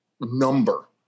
number